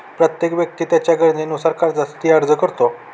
प्रत्येक व्यक्ती त्याच्या गरजेनुसार कर्जासाठी अर्ज करतो